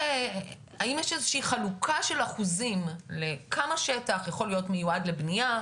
האם ישנה איזו שהיא חלוקה של אחוזים לכמה שטח יכול להיות מיועד לבנייה,